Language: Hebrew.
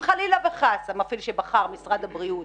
חלילה וחס המפעיל שבחר משרד הבריאות